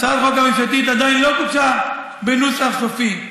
הצעת החוק הממשלתית עדיין לא גובשה בנוסח סופי,